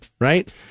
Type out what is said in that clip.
right